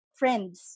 friends